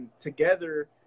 together